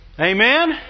Amen